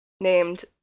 named